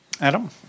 Adam